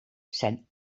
zijn